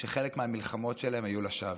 שחלק מהמלחמות שלהם היו לשווא.